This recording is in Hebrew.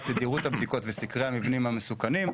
תדירות הבדיקות וסקרי המבנים המסוכנים.